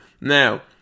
now